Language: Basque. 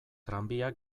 tranbia